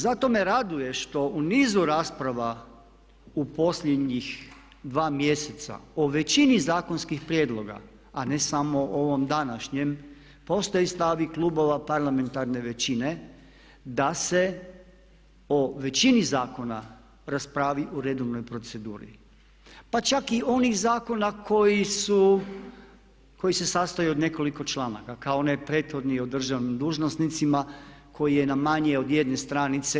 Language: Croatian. Zato me raduje što u nizu rasprava u posljednjih 2 mjeseca o većini zakonskih prijedloga, a ne samo o ovom današnjem postoje i stavovi klubova parlamentarne većine da se o većini zakona raspravi u redovnoj proceduri, pa čak i onih zakona koji se sastoje od nekoliko članaka kao onaj prethodni o državnim dužnosnicima koji je na manje od jedne stranice.